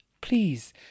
Please